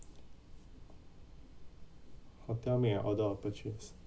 hotel make an order of purchase